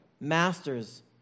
Masters